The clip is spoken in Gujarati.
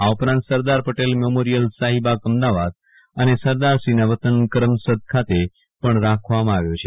આ ઉપરાંત સરદાર પટેલ મેમોરીયલ શાહીબાગ અમદાવાદ અને સરદારશ્રીના વતન કરમસદ ખાતે પણ રાખવામાં આવ્યો છે